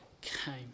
came